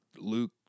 Luke